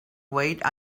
wait